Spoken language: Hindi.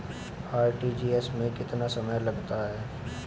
आर.टी.जी.एस में कितना समय लगता है?